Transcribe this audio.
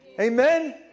Amen